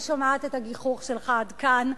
אני שומעת את הגיחוך שלך עד כאן,